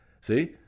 See